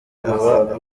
aba